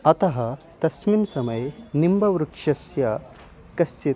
अतः तस्मिन् समये निम्बवृक्षस्य कश्चित्